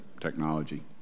technology